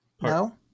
no